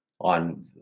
on